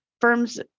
firms